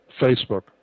Facebook